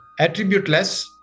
attributeless